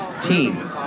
team